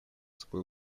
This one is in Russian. собой